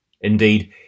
Indeed